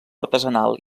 artesanal